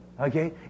Okay